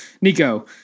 Nico